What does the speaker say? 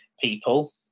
people